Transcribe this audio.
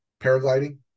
Paragliding